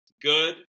good